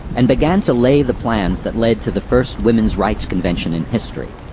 and began to lay the plans that led to the first women's rights convention in history.